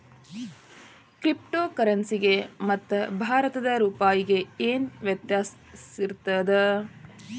Crypto ಕರೆನ್ಸಿಗೆ ಮತ್ತ ಭಾರತದ್ ರೂಪಾಯಿಗೆ ಏನ್ ವ್ಯತ್ಯಾಸಿರ್ತದ?